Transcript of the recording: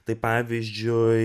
tai pavyzdžiui